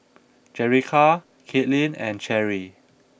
Jerica Kaitlyn and Cherri